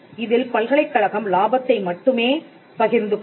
இதில் பல்கலைக்கழகம் லாபத்தை மட்டுமே பகிர்ந்து கொள்ளும்